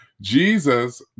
Jesus